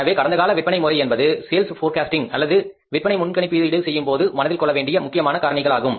எனவே கடந்தகால விற்பனை முறை என்பது சேல்ஸ் போர்காஸ்டிங் அல்லது விற்பனை மதிப்பீடு செய்யும் போது மனதில் கொள்ள வேண்டிய முக்கியமான காரணிகளாகும்